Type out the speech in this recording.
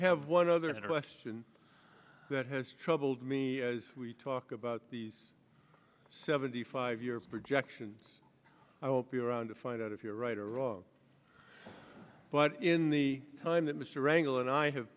have one other interaction that has troubled me as we talk about these seventy five year projections i won't be around to find out if you are right or wrong but in the time that mr rangle and i have